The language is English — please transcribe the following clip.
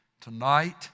Tonight